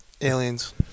aliens